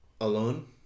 alone